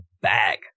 bag